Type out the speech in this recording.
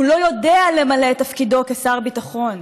הוא לא יודע למלא את תפקידו כשר ביטחון,